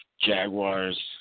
Jaguars